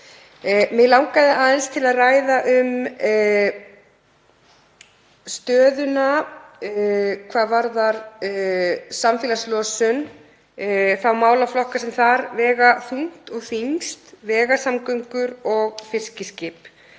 Mig langaði aðeins til að ræða stöðuna hvað varðar samfélagslosun og þá málaflokka sem þar vega þungt og þyngst, vegasamgöngur og fiskiskip.